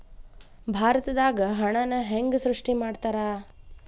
ಭಾರತದಾಗ ಹಣನ ಹೆಂಗ ಸೃಷ್ಟಿ ಮಾಡ್ತಾರಾ